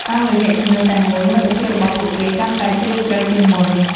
តាមរយៈជំនឿតែមួយ មិត្តភាពរបស់ពួកគេកាន់តែជ្រាលជ្រៅជាងមុន។